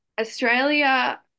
Australia